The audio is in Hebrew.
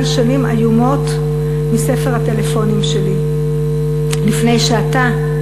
שנים איומות מספר הטלפונים שלי לפני שאתה,